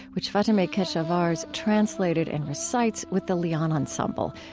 which fatemeh keshavarz translated and recites with the lian ensemble,